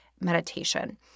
meditation